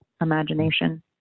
imagination